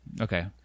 Okay